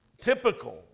typical